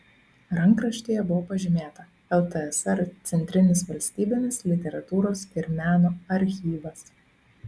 rankraštyje buvo pažymėta ltsr centrinis valstybinis literatūros ir meno archyvas